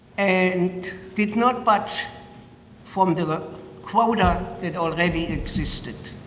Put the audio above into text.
and did not budge from the quota that already existed,